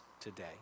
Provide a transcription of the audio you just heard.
today